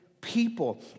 people